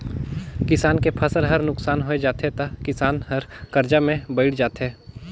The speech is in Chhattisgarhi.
किसान के फसल हर नुकसान होय जाथे त किसान हर करजा में बइड़ जाथे